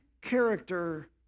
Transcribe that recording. character